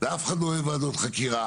ואף אחד לא אוהב ועדות חקירה.